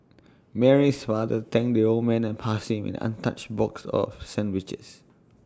Mary's father thanked the old man and passed him an untouched box of sandwiches